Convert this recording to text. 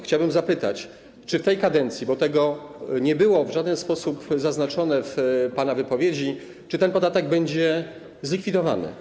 Chciałbym zapytać, czy w tej kadencji - bo to nie było w żaden sposób zaznaczone w pana wypowiedzi - ten podatek będzie zlikwidowany.